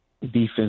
defense